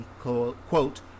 quote